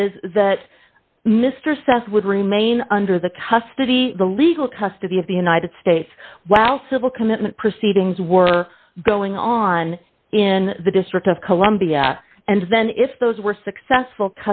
is that mr says would remain under the custody the legal custody of the united states wow civil commitment proceedings were going on in the district of columbia and then if those were successful